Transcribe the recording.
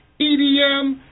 EDM